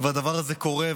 והדבר הזה קורה.